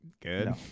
good